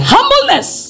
Humbleness